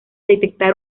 detectar